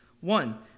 One